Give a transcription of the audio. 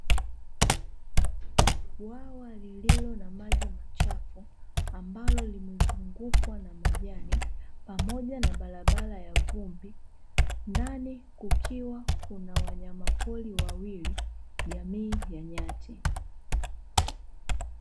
Bwawa lililo na maji machafu ambalo limezungukwa na majani pamoja na barabara ya vumbi, ndani kukiwa kuna wanyama pori wawili jamii ya nyati.